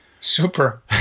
super